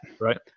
Right